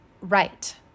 Right